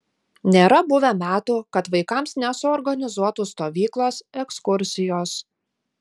nėra buvę metų kad vaikams nesuorganizuotų stovyklos ekskursijos